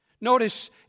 Notice